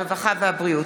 הרווחה והבריאות.